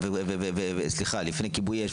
לפני משטרה,